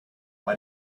why